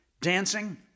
dancing